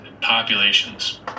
populations